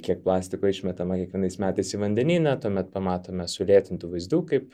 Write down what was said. kiek plastiko išmetama kiekvienais metais į vandenyną tuomet pamatome sulėtintų vaizdų kaip